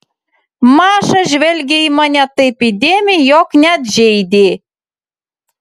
maša žvelgė į mane taip įdėmiai jog net žeidė